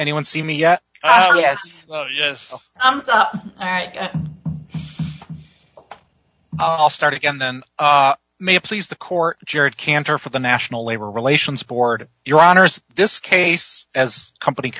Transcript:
anyone see me yet oh yes yes i'll start again then may please the court judge cantor for the national labor relations board your honour's this case as company